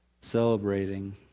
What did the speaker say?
celebrating